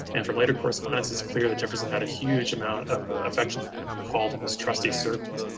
and for later correspondence, it's clear that jefferson had a huge amount of affection for him. he called him his trusty servant.